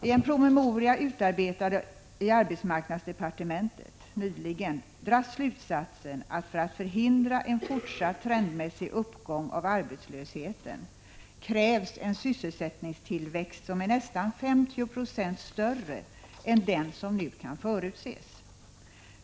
I en promemoria, nyligen utarbetad i arbetsmarknadsdepartementet, dras slutsatsen att för att man skall förhindra en fortsatt trendmässig uppgång av arbetslösheten krävs en sysselsättningstillväxt som är nästan 50 90 större än den som nu kan förutses.